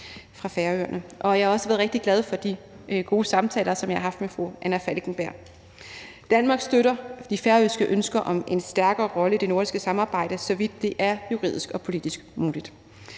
fra Færøerne. Jeg har også været rigtig glad for de gode samtaler, som jeg har haft med fru Anna Falkenberg. Danmark støtter de færøske ønsker om en stærkere rolle i det nordiske samarbejde, så vidt det er juridisk og politisk muligt.